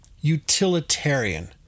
utilitarian